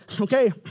okay